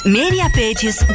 mediapages